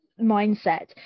mindset